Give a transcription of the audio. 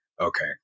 okay